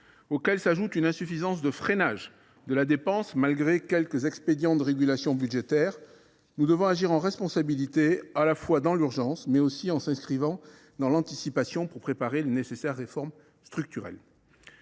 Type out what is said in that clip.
auxquelles s’ajoute une insuffisance de freinage de la dépense malgré quelques expédients de régulation budgétaire, nous devons agir en responsabilité, à la fois, en faisant face à l’urgence, mais aussi en nous inscrivant dans l’anticipation pour préparer les nécessaires réformes structurelles.